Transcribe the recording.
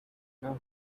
now